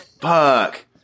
fuck